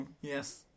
Yes